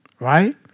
Right